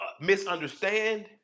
misunderstand